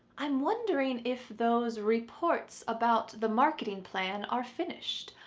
i'm wondering if those reports about the marketing plan are finished.